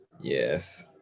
Yes